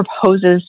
proposes